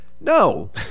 No